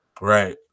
Right